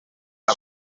ban